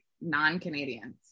non-Canadians